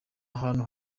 ahantu